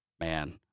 Man